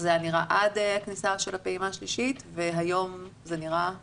זה היה נראה עד הכניסה של הפעימה השלישית והיום זה נראה כך.